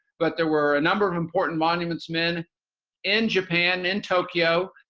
but there were a number of important monuments man in japan, in tokyo.